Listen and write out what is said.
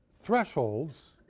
thresholds